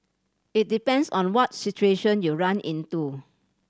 it depends on what situation you run into